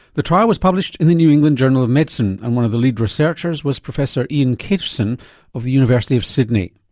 the trial was published in the new england journal of medicine and one of the lead researchers was professor ian caterson of the university of sydney.